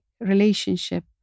relationship